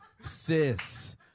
Sis